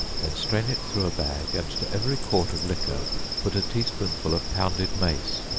then strain it through a bag, and to every quart of liquor put a tea-spoonful of pounded mace,